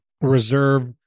reserve